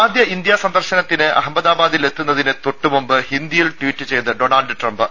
ആദ്യ ഇന്ത്യാ സന്ദർശനത്തിന് അഹമ്മദാബാദിൽ എത്തുന്നതിന് തൊട്ടുമുമ്പ് ഹിന്ദിയിൽ ട്വീറ്റ് ചെയ്ത് ഡോണാൾഡ് ട്രംപ്